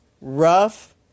rough